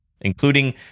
including